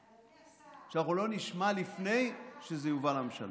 אדוני השר, לפני שזה יובא לממשלה.